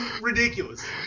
ridiculous